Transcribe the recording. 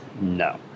no